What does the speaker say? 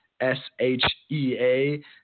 s-h-e-a